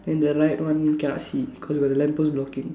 then the right one cannot see cause got the lamp post blocking